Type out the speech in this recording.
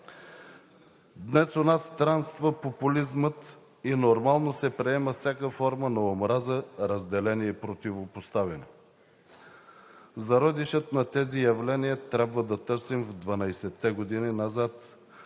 Днес у нас странства популизмът и нормално се приема всяка форма на омраза, разделение и противопоставяне. Зародишът на тези явления трябва да търсим в 12-те години назад,